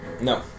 No